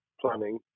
planning